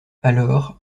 alors